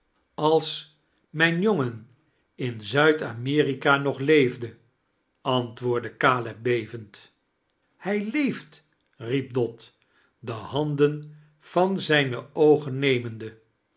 als mijn jongen in zuid-amexika aiog leefde antwoordde caleb bevend hij leeft riep dot de handen van zijne oogen niemende